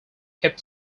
cape